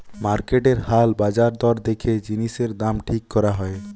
মার্কেটের হাল বাজার দর দেখে জিনিসের দাম ঠিক করা হয়